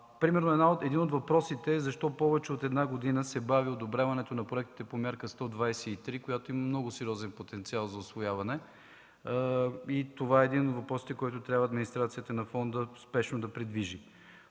Примерно един от въпросите е: защо повече от една година се бави одобряването на проектите по Мярка 123, която има много сериозен потенциал за усвояване? Това е един от въпросите, който администрацията на фонда трябва спешно да придвижи.